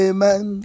Amen